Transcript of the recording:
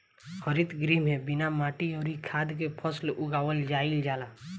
हरित गृह में बिना माटी अउरी खाद के फसल उगावल जाईल जाला